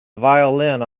violin